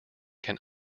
can